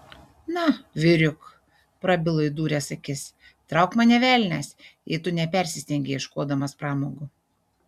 na vyriuk prabilo įdūręs akis trauk mane velnias jei tu nepersistengei ieškodamas pramogų